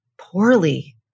poorly